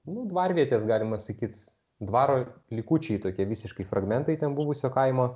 nu dvarvietės galima sakyt dvaro likučiai tokie visiškai fragmentai ten buvusio kaimo